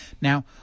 Now